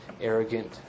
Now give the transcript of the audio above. arrogant